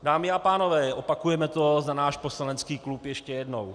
Dámy a pánové, opakujeme to za náš poslanecký klub ještě jednou.